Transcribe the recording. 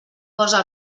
posa